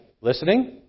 Listening